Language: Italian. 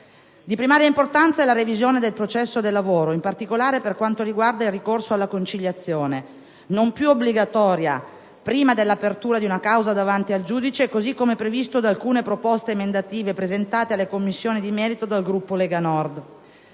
Di primaria importanza è la revisione del processo del lavoro, in particolare per quanto riguarda il ricorso alla conciliazione, non più obbligatoria prima dell'apertura di una causa davanti al giudice, così come previsto da alcune proposte emendative presentate alle Commissioni di merito dal Gruppo Lega Nord.